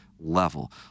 level